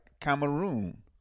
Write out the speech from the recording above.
Cameroon